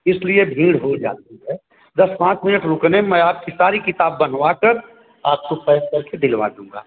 इसलिए भीड़ हो जाती है दस पाँच मिनट रुकने मैं आपकी सारी किताब बँधवाकर आपको पैक करके दिलवा दूँगा